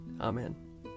Amen